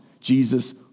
jesus